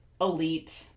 elite